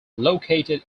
located